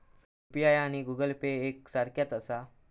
UPI आणि Google Pay एक सारख्याच आसा?